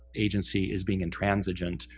agency is being intransigent,